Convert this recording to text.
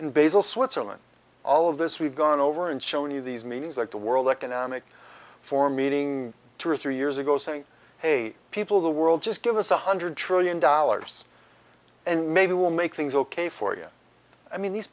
in basal switzerland all of this we've gone over and shown you these means that the world economic forum meeting two or three years ago saying hey people of the world just give us one hundred trillion dollars and maybe we'll make things ok for you i mean these